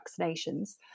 vaccinations